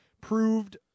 proved